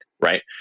Right